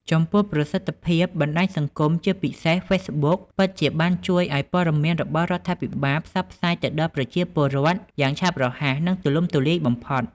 ចំពោះប្រសិទ្ធភាពបណ្ដាញសង្គម ជាពិសេស Facebook ពិតជាបានជួយឱ្យព័ត៌មានរបស់រដ្ឋាភិបាលផ្សព្វផ្សាយទៅដល់ប្រជាពលរដ្ឋយ៉ាងឆាប់រហ័ស និងទូលំទូលាយបំផុត។